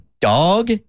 dog